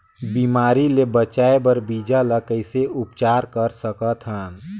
बिमारी ले बचाय बर बीजा ल कइसे उपचार कर सकत हन?